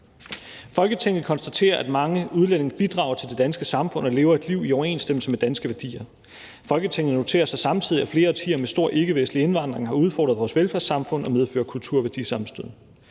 »Folketinget konstaterer, at mange udlændinge bidrager til det danske samfund og lever et liv i overensstemmelse med danske værdier. Folketinget noterer sig samtidig, at flere årtier med stor ikkevestlig indvandring har udfordret vores velfærdssamfund og medfører kultur- og værdisammenstød.